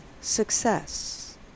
success